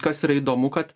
kas yra įdomu kad